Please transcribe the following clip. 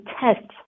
tests